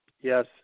Yes